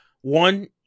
one